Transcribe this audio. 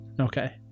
Okay